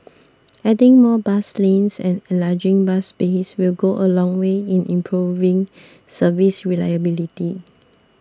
adding more bus lanes and enlarging bus bays will go a long way in improving service reliability